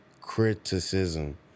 criticism